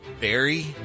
Barry